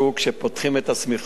שפותחים את השמיכה,